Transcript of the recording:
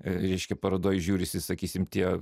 reiškia parodoj žiūrisi sakysim tie